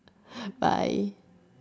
bye